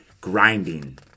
grinding